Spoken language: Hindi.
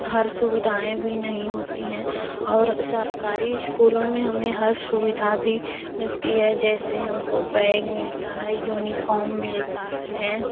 हर सुविधाएँ भी नहीं होती हैं और सरकारी इस्कूलों में हमें हर सुविधा भी मिलती है जैसे हमको बैग मिलता है यूनिफ़ॉर्म मिलता है